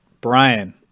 brian